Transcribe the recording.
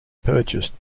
purchased